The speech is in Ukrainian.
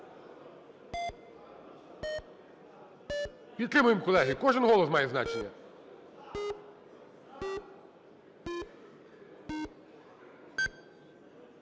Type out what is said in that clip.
Підтримаємо, колеги. Кожен голос має значення.